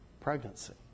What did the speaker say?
Pregnancy